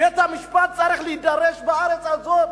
בית-המשפט צריך להידרש, בארץ הזאת,